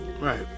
Right